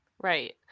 right